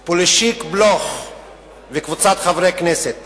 ומל פולישוק-בלוך וקבוצת חברי הכנסת